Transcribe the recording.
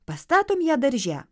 pastatom ją darže